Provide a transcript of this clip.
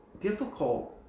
difficult